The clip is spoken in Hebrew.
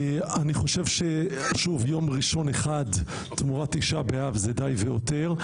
אני חושב שיום ראשון אחד תמורת תשעה באב זה די ויותר,